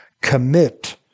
commit